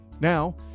Now